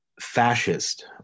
fascist